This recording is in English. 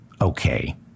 okay